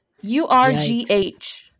u-r-g-h